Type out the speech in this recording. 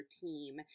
team